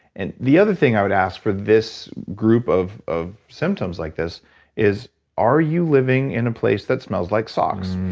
and the other thing i would ask for this group of of symptoms like this is are you living in a place that smells like socks?